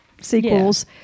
sequels